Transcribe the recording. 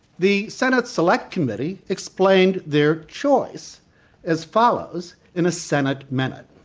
the senate select committee explained their choice as follows in a senate minute,